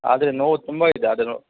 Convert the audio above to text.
ಆದರೆ ನೋವು ತುಂಬ ಇದೆ ಅದು ನೋವು